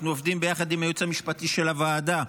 ואנחנו עובדים ביחד עם הייעוץ המשפטי של הוועדה,